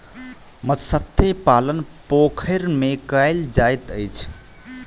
मत्स्य पालन पोखैर में कायल जाइत अछि